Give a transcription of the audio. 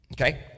Okay